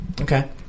Okay